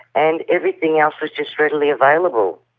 and everything else was just readily available.